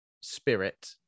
spirit